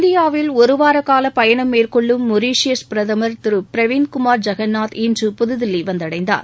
இந்தியாவில் ஒருவாரகால பயனம் மேற்கொள்ளும் மொரீசியஸ் பிரதமர் பிரவீந்த்குமார் ஐகந்நாத் இன்று புதுதில்லி வந்தடைந்தார்